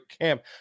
camp